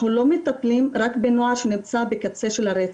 אנחנו לא מטפלים רק בנוער שנמצא בקצה של הרצף,